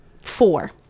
Four